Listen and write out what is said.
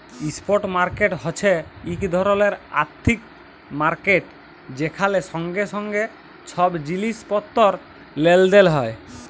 spot market হছে ইক ধরলের আথ্থিক মার্কেট যেখালে সঙ্গে সঙ্গে ছব জিলিস পত্তর লেলদেল হ্যয়